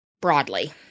broadly